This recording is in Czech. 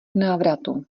návratu